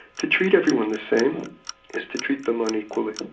to treat everyone the same is to treat them unequally.